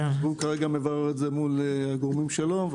הוא מברר את זה מול גורמים שלו.